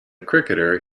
cricketer